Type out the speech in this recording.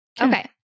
Okay